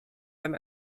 beim